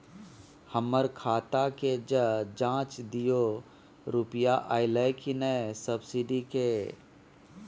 हमर खाता के ज जॉंच दियो रुपिया अइलै की नय सब्सिडी के?